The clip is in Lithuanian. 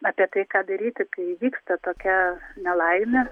apie tai ką daryti kai įvyksta tokia nelaimė